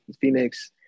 Phoenix